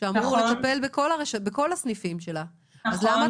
שאמור לטפל בכל הסניפים שלה, אז למה